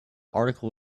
article